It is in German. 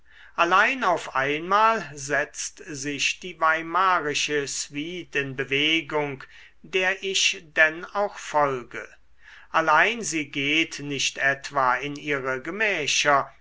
allein auf einmal setzt sich die weimarische suite in bewegung der ich denn auch folge allein sie geht nicht etwa in ihre gemächer